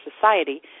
society